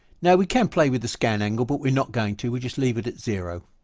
now we can play with the scan angle but we're not going to we just leave it at zero.